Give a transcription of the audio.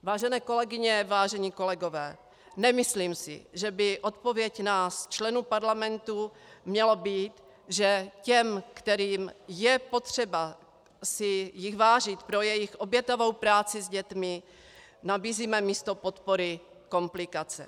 Vážené kolegyně, vážení kolegové, nemyslím si, že by odpovědí nás, členů Parlamentu, mělo být, že těm, kterých je potřeba si vážit pro jejich obětavou práci s dětmi, nabízíme místo podpory komplikace.